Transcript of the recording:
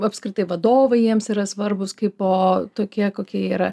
apskritai vadovai jiems yra svarbūs kaipo tokie kokie yra